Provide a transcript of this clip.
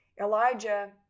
Elijah